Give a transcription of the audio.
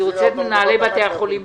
אני רוצה גם את מנהלי בתי החולים.